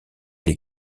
les